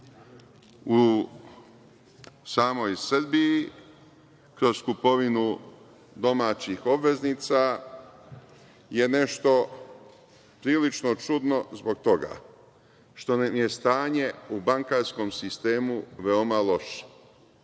u samoj Srbiji kroz kupovinu domaćih obveznica je nešto prilično čudno zbog toga što nam je stanje u bankarskom sistemu veoma loše. Mi